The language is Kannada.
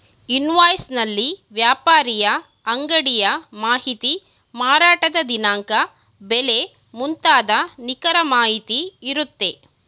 ಇನ್ವಾಯ್ಸ್ ನಲ್ಲಿ ವ್ಯಾಪಾರಿಯ ಅಂಗಡಿಯ ಮಾಹಿತಿ, ಮಾರಾಟದ ದಿನಾಂಕ, ಬೆಲೆ ಮುಂತಾದ ನಿಖರ ಮಾಹಿತಿ ಇರುತ್ತೆ